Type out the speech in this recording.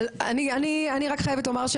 אני רק חייבת לומר,